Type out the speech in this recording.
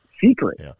secret